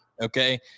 okay